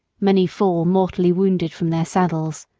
many fall mortally wounded from their saddles.